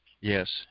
Yes